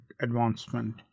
advancement